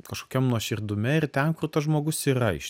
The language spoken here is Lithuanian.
kažkokiam nuoširdume ir ten kur tas žmogus yra iš